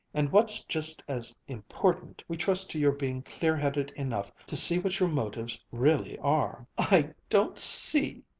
and, what's just as important, we trust to your being clear-headed enough to see what your motives really are i don't see,